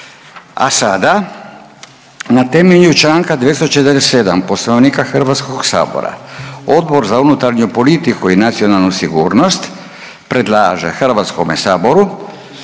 A sada na temelju čl. 247 Poslovnika HS-a Odbor za unutarnju politiku i nacionalnu sigurnost predlaže HS-u